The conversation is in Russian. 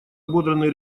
ободранный